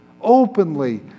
openly